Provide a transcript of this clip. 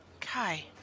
Kai